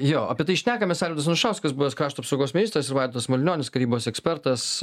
jo apie tai šnekamės arvydas anušauskas buvęs krašto apsaugos maistas ir vaidotas malinionis karybos ekspertas